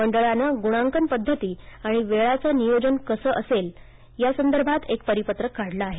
मंडळाने गुणांकन पद्धती आणि वेळाचं नियोजन कसं असेल या संदर्भात एक परिपत्रक काढलं आहे